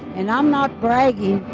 and i'm not bragging.